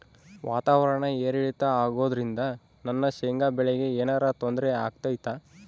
ವಾತಾವರಣ ಏರಿಳಿತ ಅಗೋದ್ರಿಂದ ನನ್ನ ಶೇಂಗಾ ಬೆಳೆಗೆ ಏನರ ತೊಂದ್ರೆ ಆಗ್ತೈತಾ?